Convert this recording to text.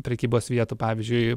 prekybos vietų pavyzdžiui